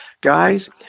Guys